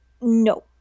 No